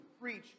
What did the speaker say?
preach